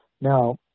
Now